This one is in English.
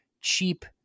cheap